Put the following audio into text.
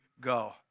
Go